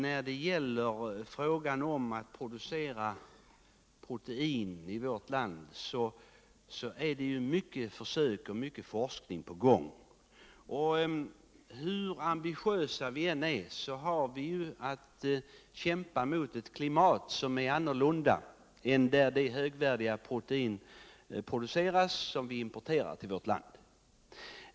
I fråga om att producera protein i vårt land är det mycket försök och forskning på gång. Men hur ambitiösa vi än är har vi att kämpa mot ett klimat som är annorlunda än där det högvärdiga protein produceras som vi importerar till vårt land.